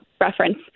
reference